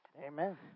Amen